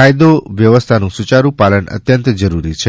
કાયદો વ્યવસ્થાનું સુચારૂ પાલન અત્યંત જરૂરી છે